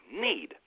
need